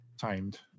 timed